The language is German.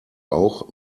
auch